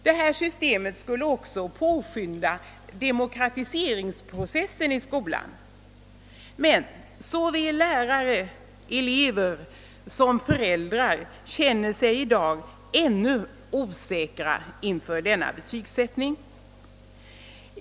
Detta system skulle också påskynda demokratiseringsprocessen i skolan. Men såväl lärare som elever och föräldrar känner sig ännu osäkra inför denna betygssättning.